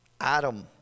Adam